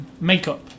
makeup